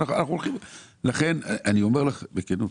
אני אומר לך בכנות,